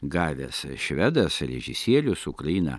gavęs švedas režisierius ukrainą